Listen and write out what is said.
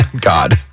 God